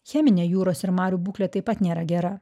cheminė jūros ir marių būklė taip pat nėra gera